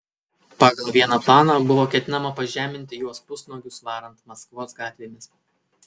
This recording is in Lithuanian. pagal vieną planą buvo ketinama pažeminti juos pusnuogius varant maskvos gatvėmis